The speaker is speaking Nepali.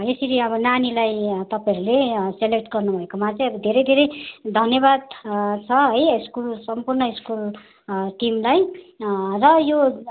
यसरी अब नानीलाई तपाईँहरूले सिलेक्ट गर्नुभएकोमा चाहिँ धेरै धेरै धन्यवाद छ है स्कुल सम्पूर्ण स्कुल टिमलाई र यो